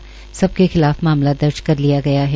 इन सब के खिलाफ मामला दर्ज कर लिया गया है